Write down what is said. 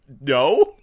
no